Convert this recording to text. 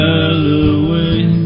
Halloween